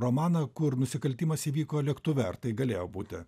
romaną kur nusikaltimas įvyko lėktuve ar tai galėjo būti